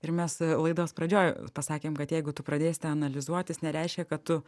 ir mes laidos pradžioj pasakėm kad jeigu tu pradėsi tą analizuotis nereiškia kad tu